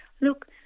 look